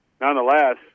nonetheless